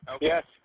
Yes